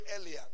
earlier